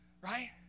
right